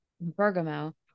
Bergamo